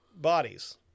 bodies